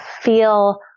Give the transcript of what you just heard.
feel